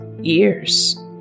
years